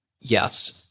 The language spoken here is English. Yes